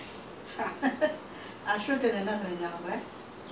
ah born the later I never see her properly actually supposed to see yesterday right